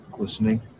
Listening